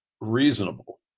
reasonable